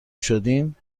شدیم